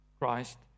Christ